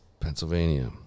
Pennsylvania